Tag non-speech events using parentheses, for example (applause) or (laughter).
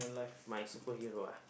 (noise) my superhero ah